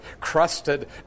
crusted